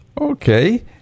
Okay